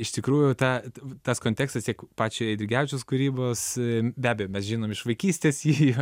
iš tikrųjų ta tas kontekstas tiek pačio eidrigevičiaus kūrybos be abejo mes žinom iš vaikystės jį